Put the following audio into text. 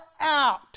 out